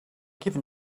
given